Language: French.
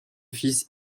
fils